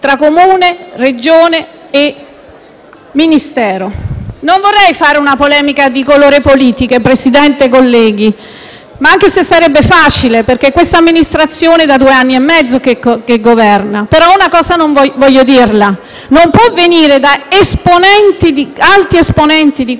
tra Comune, Regione e Ministero. Non vorrei fare una polemica di colore politico, anche se sarebbe facile, perché questa amministrazione è da due anni e mezzo che governa. Però una cosa voglio dirla: non può venire da alti esponenti di